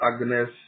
Agnes